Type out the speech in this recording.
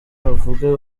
avuge